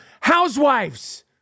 Housewives